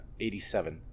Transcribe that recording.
87